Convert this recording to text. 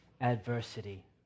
adversity